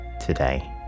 today